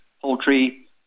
poultry